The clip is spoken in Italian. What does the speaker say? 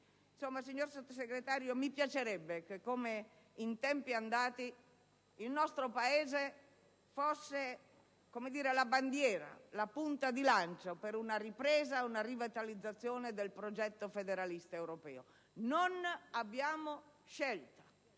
signor Vice Ministro, mi piacerebbe che, come in tempi passati, il nostro Paese fosse la bandiera, la punta di lancia per una ripresa e una rivitalizzazione del progetto federalista europeo. Non abbiamo scelta,